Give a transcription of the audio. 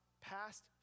past